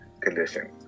condition